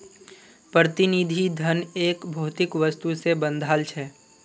प्रतिनिधि धन एक भौतिक वस्तु से बंधाल छे